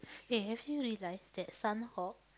eh have you realise that Sanhok